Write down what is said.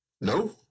no